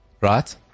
right